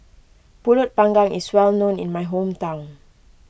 Pulut Panggang is well known in my hometown